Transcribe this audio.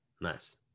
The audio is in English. Nice